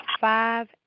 five